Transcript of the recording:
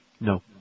No